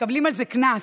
מקבלים על זה קנס,